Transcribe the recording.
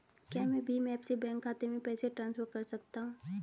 क्या मैं भीम ऐप से बैंक खाते में पैसे ट्रांसफर कर सकता हूँ?